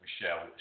Michelle